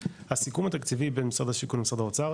הסיכום התקציבי בין משרד השיכון למשרד האוצר,